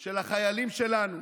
של החיילים שלנו,